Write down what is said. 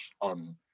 on